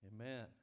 Amen